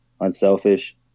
unselfish